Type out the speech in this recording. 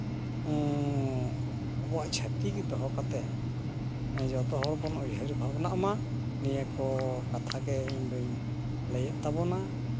ᱟᱵᱚᱣᱟᱜ ᱪᱷᱟᱹᱛᱤᱠ ᱫᱚᱦᱚ ᱠᱟᱛᱮᱜ ᱡᱚᱛᱚ ᱦᱚᱲ ᱵᱚᱱ ᱩᱭᱦᱟᱹᱨ ᱵᱷᱟᱵᱽᱱᱟᱜ ᱢᱟ ᱱᱤᱭᱟᱹ ᱠᱚ ᱠᱟᱛᱷᱟᱜᱮ ᱤᱧᱫᱩᱧ ᱞᱟᱹᱭᱮᱜ ᱛᱟᱵᱚᱱᱟ